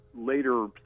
Later